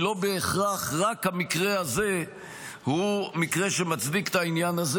כי לא בהכרח רק המקרה הזה הוא מקרה שמצדיק את העניין הזה.